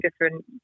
different